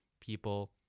people